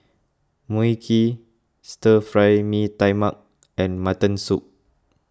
Mui Kee Stir Fry Mee Tai Mak and Mutton Soup